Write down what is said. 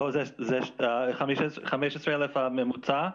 לא, זה 15 אלף הממוצע,